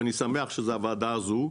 ואני שמח שזו הוועדה הזו,